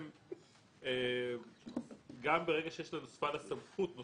גם ברגע שיש סמכות לוועדת ההסעות,